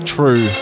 True